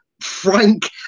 Frank